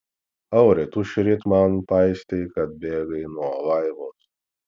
auri tu šįryt man paistei kad bėgai nuo vaivos